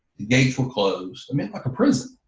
the gates were closed, i mean, like a prison,